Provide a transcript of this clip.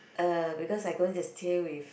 uh because I'm going to stay with